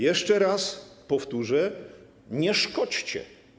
Jeszcze raz powtórzę: nie szkodźcie.